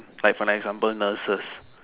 like for an example nurses